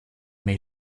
made